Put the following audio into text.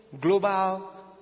global